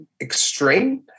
extreme